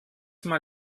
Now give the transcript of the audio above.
mal